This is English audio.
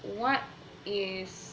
what is